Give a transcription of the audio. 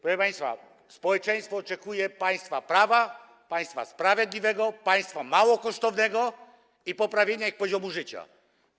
Proszę państwa, społeczeństwo oczekuje państwa prawa, państwa sprawiedliwego, państwa mało kosztownego i poprawienia poziomu życia ludzi.